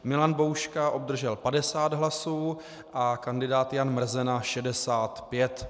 Milan Bouška obdržel 50 hlasů a kandidát Jan Mrzena 65.